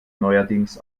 neuerdings